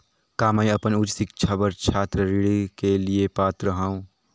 का मैं अपन उच्च शिक्षा बर छात्र ऋण के लिए पात्र हंव?